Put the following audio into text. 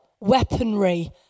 weaponry